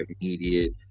immediate